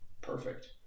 Perfect